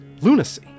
lunacy